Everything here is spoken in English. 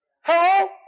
Hello